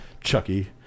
Chucky